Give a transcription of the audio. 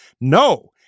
No